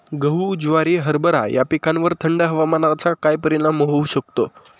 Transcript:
गहू, ज्वारी, हरभरा या पिकांवर थंड हवामानाचा काय परिणाम होऊ शकतो?